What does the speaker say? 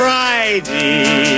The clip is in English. Friday